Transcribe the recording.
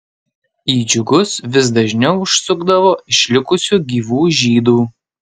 į džiugus vis dažniau užsukdavo išlikusių gyvų žydų